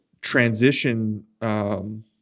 transition